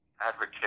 advocate